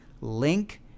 Link